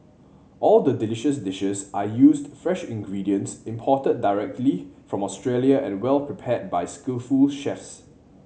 all the delicious dishes are used fresh ingredients imported directly from Australia and well prepared by skillful chefs